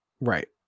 Right